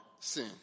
sin